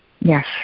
Yes